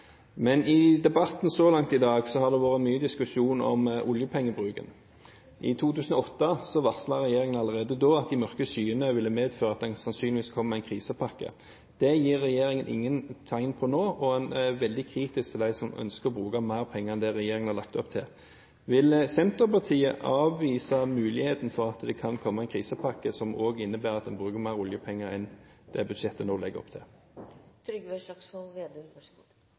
Men i debatten så langt i dag har det vært mye diskusjon om oljepengebruken. Allerede i 2008 varslet regjeringen at de mørke skyene ville medføre at det sannsynligvis ville komme en krisepakke. Det gir regjeringen ingen tegn til nå, og man er veldig kritisk til dem som ønsker å bruke mer penger enn det regjeringen har lagt opp til. Vil Senterpartiet avvise muligheten for at det kan komme en krisepakke, som også innebærer at man bruker mer oljepenger enn det budsjettet nå legger opp til?